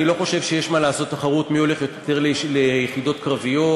אני לא חושב שיש מה לעשות תחרות מי הולך יותר ליחידות קרביות,